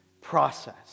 process